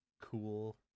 cool